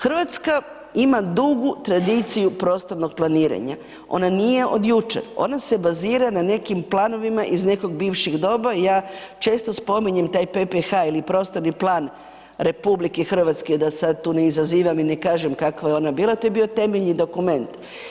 Hrvatska ima dugu tradiciju prostornog planiranja, ona nije od jučer, ona se bazira na nekim planovima iz nekog bivšeg doba, ja često spominjem PPH ili prostorni plan RH, da sad tu ne izazivam i ne kažem kakva je ona bila, to je bio temeljni dokument.